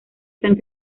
san